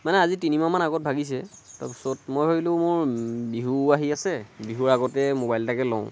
মানে আজি তিনিমাহ মান আগত ভাগিছে তাৰপিছত মই ভাবিলোঁ মোৰ বিহুও আহি আছে বিহুৰ আগতে ম'বাইল এটাকে লওঁ